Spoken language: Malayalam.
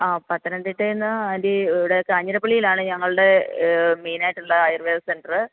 ആ പത്തനംതിട്ടയിൽ നിന്ന് ആൻറ്റി ഇവിടെ കാഞ്ഞിരപ്പള്ളിയിലാണ് ഞങ്ങളുടെ മെയിനായിട്ടുള്ള ആയുർവേദ സെൻ്റർ